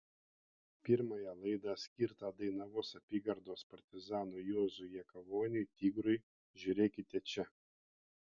pirmąją laidą skirtą dainavos apygardos partizanui juozui jakavoniui tigrui žiūrėkite čia